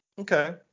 Okay